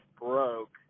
broke